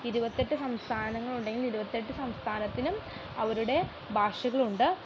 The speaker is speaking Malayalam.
ഇരുപത്തെട്ട് സംസ്ഥാനങ്ങളുണ്ടെങ്കിൽ ഇരുപത്തെട്ട് സംസ്ഥാനത്തിനും അവരുടെ ഭാഷകളുണ്ട്